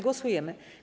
Głosujemy.